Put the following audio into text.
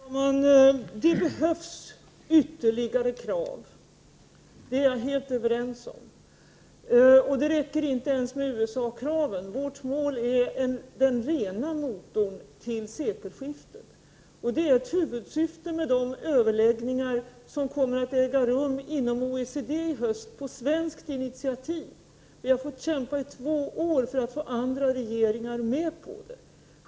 Herr talman! Det behövs ytterligare krav, det är vi helt överens om. Det räcker inte ens med de krav som finns i USA. Vårt mål är en avgasrenad motor vid sekelskiftet. Detta mål är huvudsyftet med de överläggningar som på svenskt initiativ kommer att äga rum inom OECD i höst. Vi har fått kämpa i två år för att få andra regeringar att gå med på detta.